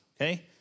okay